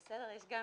יש גם